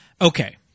Okay